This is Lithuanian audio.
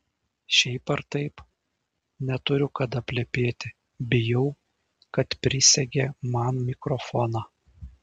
šiaip ar taip neturiu kada plepėti bijau kad prisegė man mikrofoną